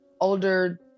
older